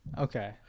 Okay